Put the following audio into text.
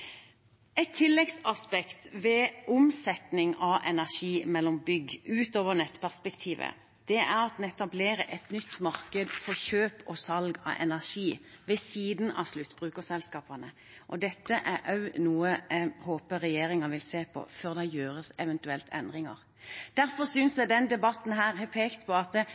Et tilleggsaspekt ved omsetning av energi mellom bygg utover nettperspektivet er at en etablerer et nytt marked for kjøp og salg av energi ved siden av sluttbrukerselskapene, og dette er noe jeg håper regjeringen vil se på før det gjøres eventuelle endringer. Derfor synes jeg denne debatten har pekt på at